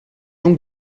donc